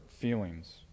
feelings